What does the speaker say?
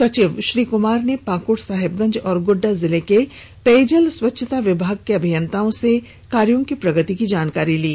सचिव श्री कमार ने पाकड़ साहेबगंज एवं गोड़डा जिले के पेयजल स्वच्छता विभाग के अभियंताओं से कार्यों की प्रगति की जानकारी ली